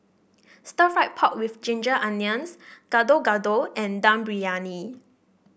Stir Fried Pork with Ginger Onions Gado Gado and Dum Briyani